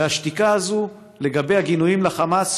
והשתיקה הזאת לגבי הגינויים לחמאס,